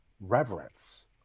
reverence